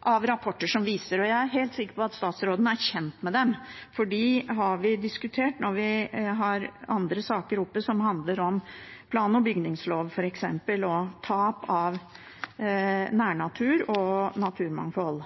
av rapporter som viser. Jeg er helt sikker på at statsråden er kjent med dem, for dem har vi diskutert når vi har hatt andre saker oppe som har handlet om f.eks. plan- og bygningsloven og tap av nærnatur og naturmangfold.